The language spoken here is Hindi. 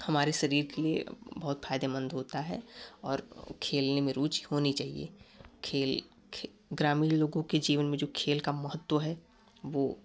हमारे शरीर के लिए बहुत फायदेमंद होता है और खेलने में रुचि होनी चाहिए खेल खे ग्रामीण लोगों के जीवन में जो खेल का महत्व है वो